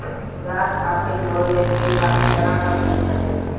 रोजगार खातिर लोन लेवेके बा कितना तक मिल सकेला?